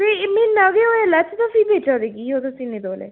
भी म्हीना गै होए लैते दे फ्ही बेचा दे की ओ तुस इन्ने तौले